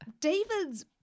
David's